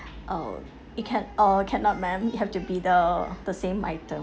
oh it can uh cannot ma'am it have to be the the same item